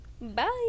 Bye